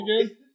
again